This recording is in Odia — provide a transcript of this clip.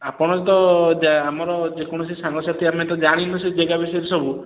ଆପଣ ତ ଯେ ଆମର ଯେକୌଣସି ସାଙ୍ଗସାଥି ଆମେ ତ ଜାଣିନୁ ସେ ଯାଗା ବିଷୟରେ ସବୁ